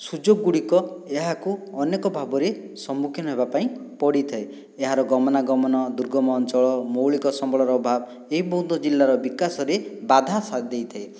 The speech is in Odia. ସୁଯୋଗଗୁଡ଼ିକ ଏହାକୁ ଅନେକ ଭାବରେ ସମ୍ମୁଖୀନ ହେବାପାଇଁ ପଡ଼ିଥାଏ ଏହାର ଗମନାଗମନ ଦୁର୍ଗମ ଅଞ୍ଚଳ ମୌଳିକ ସମ୍ବଳର ଅଭାବ ଏ ବଉଦ ଜିଲ୍ଲାର ବିକାଶରେ ବାଧାସାଦ ଦେଇଥାଏ